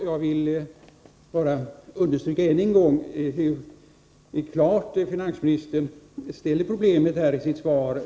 Herr talman! Jag vill bara ännu en gång understryka hur klart finansministern framställer problemet i sitt svar.